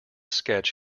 sketch